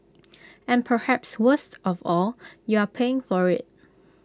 and perhaps worst of all you are paying for IT